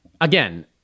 Again